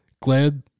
glad